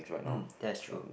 hmm that's true